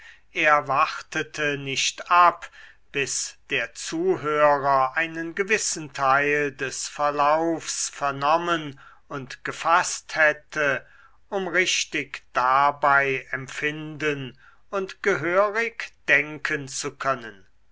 er wartete nicht ab bis der zuhörer einen gewissen teil des verlaufs vernommen und gefaßt hätte um richtig dabei empfinden und gehörig denken zu können